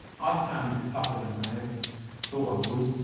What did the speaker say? i found it tougher than i ever thought i would.